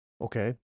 Okay